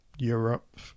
Europe